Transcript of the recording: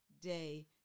day